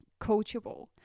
coachable